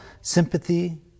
sympathy